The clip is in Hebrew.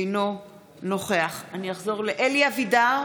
אינו נוכח אלי אבידר,